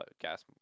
gas